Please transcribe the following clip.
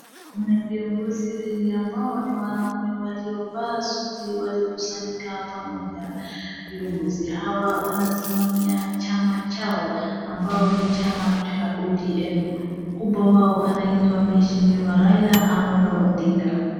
Kuna viongozi wengi ambao ni wanaume waliovaa suti walikusanyika pamoja. Viongozi hawa wanasimamia chama chao ambayo ni chama cha ODM.Mkubwa wao anaitwa mheshimiwa Raila Amolo Odinga.